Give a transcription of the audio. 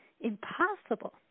impossible